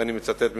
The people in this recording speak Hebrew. ואני מצטט מנאומו: